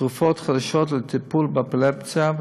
תרופות חדשות לטיפול באפילפסיה,